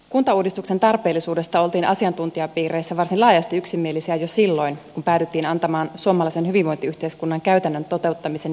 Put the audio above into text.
kuntauudistuksen tarpeellisuudesta oltiin asiantuntijapiireissä varsin laajasti yksimielisiä jo silloin kun päädyttiin antamaan suomalaisen hyvinvointiyhteiskunnan käytännön toteuttamisen järjestämisvastuu kunnille